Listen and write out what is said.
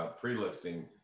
pre-listing